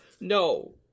no